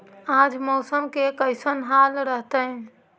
आज मौसम के कैसन हाल रहतइ?